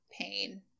pain